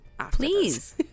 please